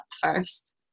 first